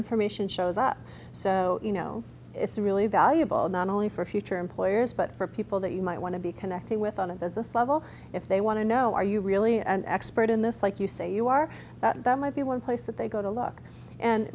information shows up so you know it's really valuable not only for future employers but for people that you might want to be connecting with on a business level if they want to know are you really an expert in this like you say you are that that might be one place that they go to look and